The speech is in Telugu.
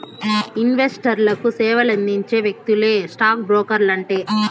ఇన్వెస్టర్లకు సేవలందించే వ్యక్తులే స్టాక్ బ్రోకర్లంటే